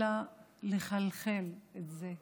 אלא לחלחל את זה,